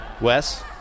Wes